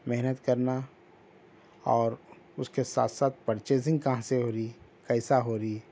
محنت کرنا اور اس کے ساتھ ساتھ پرچیزنگ کہاں سے ہو رہی کیسا ہو رہی ہے